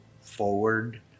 forward